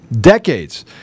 Decades